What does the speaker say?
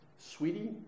Sweetie